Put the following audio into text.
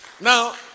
now